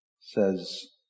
says